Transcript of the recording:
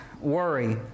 worry